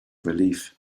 relief